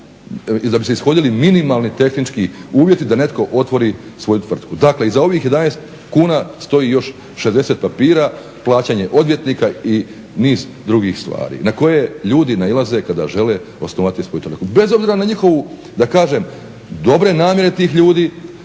da bi se ishodili minimalni tehnički uvjeti da netko otvori svoju tvrtku. Dakle i za ovih 11 kuna stoji još 60 papira, plaćanje odvjetnika i niz drugih stvari na koje ljudi nailaze kada žele osnovati svoju tvrtku, bez obzira na njihove dobre namjere tih ljudi